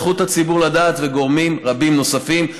זכות הציבור לדעת וגורמים רבים נוספים.